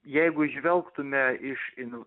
jeigu žvelgtume iš in